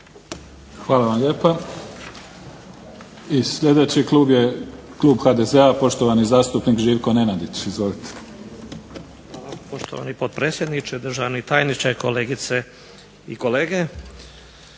Hvala vam lijepa. I sljedeći klub je klub HDZ-a, poštovani zastupnik Živko Nenadić. Izvolite. **Nenadić, Živko (HDZ)** Poštovani potpredsjedniče, državni tajniče, kolegice i kolege.